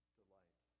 delight